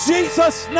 Jesus